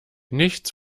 nichts